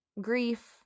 grief